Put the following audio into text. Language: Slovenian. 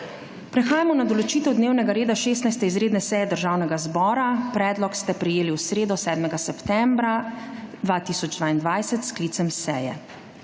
Prehajamo na **določitev dnevnega reda** 16. izredne seje Državnega zbora. Predlog ste prejeli v sredo, 7. septembra 2022, s sklicem seje.